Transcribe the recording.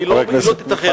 היא לא תתאחר.